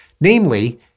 Namely